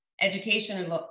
Education